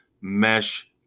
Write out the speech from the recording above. mesh